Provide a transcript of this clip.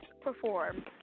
perform